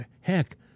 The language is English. heck